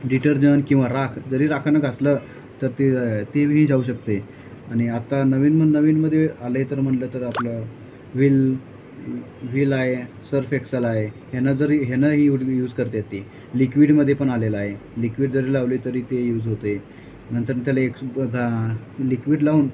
detergent किंवा राख जरी राखेनं घासलं तर ते ते ही जाऊ शकते आणि आता नवीन मग नवीनमध्ये आलं आहे तर म्हटलं तर आपलं व्हील व्हील आहे सर्फ एक्सल आहे ह्यानं जरी ह्यानंही यूज करतात ते लिक्विडमध्ये पण आलेलं आहे लिक्विड जरी लावलं आहे तरी ते यूज होत आहे नंतर त्याला एक्स घा लिक्विड लावून